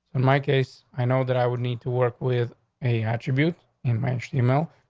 and my case. i know that i would need to work with a attribute in mansion email,